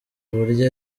buryo